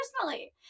personally